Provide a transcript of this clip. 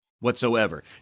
whatsoever